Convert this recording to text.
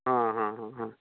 हाँ हाँ हाँ हाँ